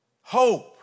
Hope